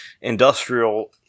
industrial